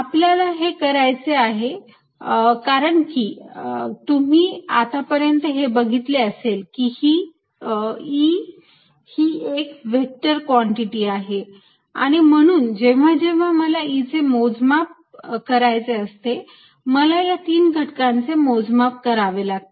आपल्याला हे करायचे आहे कारण की तुम्ही आतापर्यंत हे बघितले असेल की E ही एक व्हेक्टर कॉन्टिटी आहे आणि म्हणून जेव्हा जेव्हा मला E चे मोजमाप करायचे असते मला या तीन घटकांचे मोजमाप करावे लागते